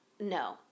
No